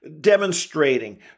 demonstrating